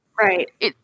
Right